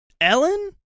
Ellen